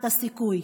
את הסיכוי,